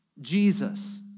Jesus